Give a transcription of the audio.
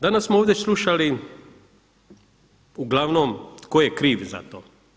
Danas smo ovdje slušali uglavnom tko je kriv za to.